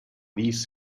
these